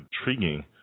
intriguing